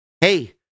hey